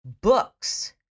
books